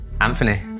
Anthony